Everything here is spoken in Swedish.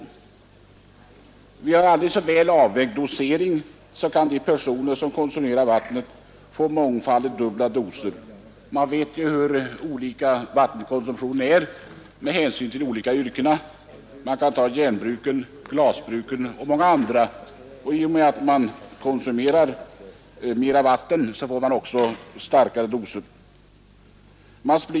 Även vid aldrig så väl avvägd dosering kan personer som konsumerar vattnet få fluor i mängder mångfaldigt överstigande de avsedda. Människornas vattenkonsumtion är ju så olika. De som arbetar i järnbruk, glasbruk och på många andra ställen konsumerar mycket vatten. Den som konsumerar mera vatten får också starkare doser av fluor.